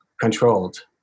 controlled